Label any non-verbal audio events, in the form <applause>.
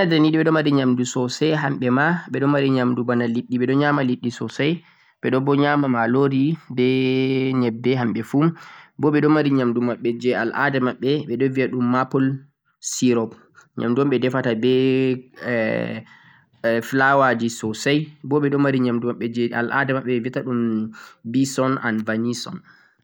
am Canada ni ɓe ɗo mari nyamdu sosai hamɓe ma, ɓe ɗon mari nyamdu bana liɗɗi ɓe ɗon nyama liɗɗi sosai, ɓe ɗo bo nyama malori be nyebbe hamɓe fu, bo ɓe ɗon mari nyamdu maɓɓe je al'ada maɓɓe, ɓeɗo viya ɗum maple syrup, nyamdu un ɓe defata be <hesitation> be flour ji sosai bo ɓe ɗon mari nyamdu maɓɓe je al'ada maɓɓe ɓe viyata ɗum bison and banison.